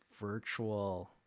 virtual